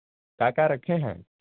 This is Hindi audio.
क्या क्या रखे हैं